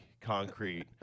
concrete